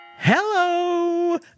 Hello